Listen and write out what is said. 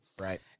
right